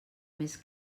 més